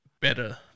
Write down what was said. better